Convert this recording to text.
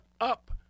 up